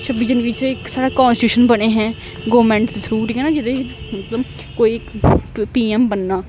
छब्बी जनवरी च साढ़ा कांसीट्यूशन बने हे गौरमेंट दे थ्रू ना जेह्दे च कोई पीएम बनना